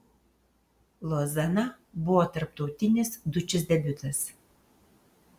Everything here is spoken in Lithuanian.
lozana buvo tarptautinis dučės debiutas